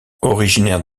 originaire